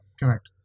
correct